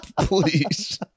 Please